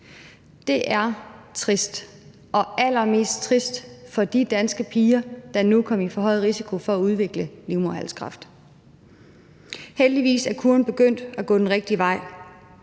Det er trist og allermest trist for de danske piger, der nu er kommet i forhøjet risiko for at udvikle livmoderhalskræft. Heldigvis er kurven begyndt at gå den rigtige vej,